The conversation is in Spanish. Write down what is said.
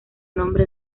nombre